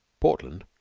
portland,